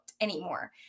anymore